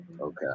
Okay